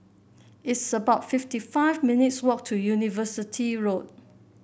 it's about fifty five minutes' walk to University Road